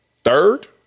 Third